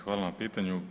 Hvala na pitanju.